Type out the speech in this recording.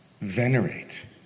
venerate